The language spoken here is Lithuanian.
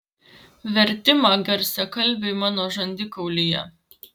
vertimą garsiakalbiui mano žandikaulyje